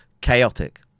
chaotic